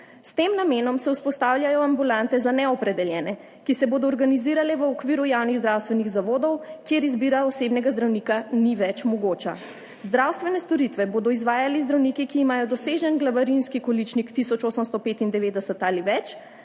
S tem namenom se vzpostavljajo ambulante za neopredeljene, ki se bodo organizirale v okviru javnih zdravstvenih zavodov, kjer izbira osebnega zdravnika ni več mogoča. Zdravstvene storitve bodo izvajali zdravniki, ki imajo dosežen glavarinski količnik tisoč 895 ali več,